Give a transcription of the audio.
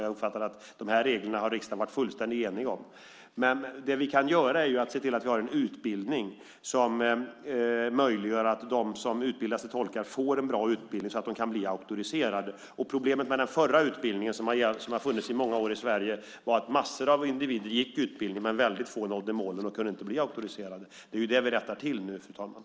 Jag uppfattar att riksdagen har varit fullständigt enig om de här reglerna. Det vi kan göra är att se till att vi har en utbildning som möjliggör att de som utbildas till tolkar får en bra utbildning så att de kan bli auktoriserade. Problemet med den förra utbildningen, som funnits i Sverige i många år, var att en massa individer gick på utbildningen. Men väldigt få nådde målen och kunde inte bli auktoriserade. Det är det vi nu, fru talman, rättar till.